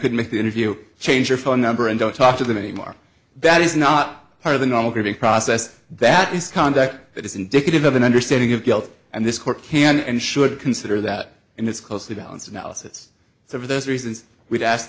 could make the interview change your phone number and don't talk to them anymore that is not part of the normal grieving process that is conduct that is indicative of an understanding of guilt and this court can and should consider that in this closely balanced analysis so for those reasons we've ask